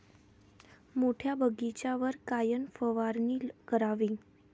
मोठ्या बगीचावर कायन फवारनी करावी?